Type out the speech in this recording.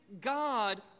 God